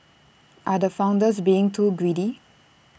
are the founders being too greedy